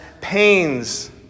pains